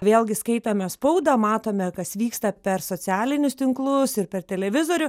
vėlgi skaitome spaudą matome kas vyksta per socialinius tinklus ir per televizorių